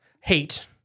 hate